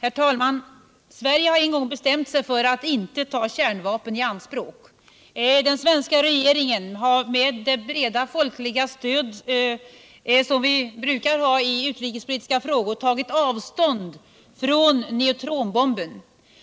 Herr talman! Sverige har en gång bestämt sig för att inte förvärva kärnvapen. Den svenska regeringen har med det breda folkliga stöd som vi brukar ha i utrikespolitiska frågor tagit avstånd från neutronbomben.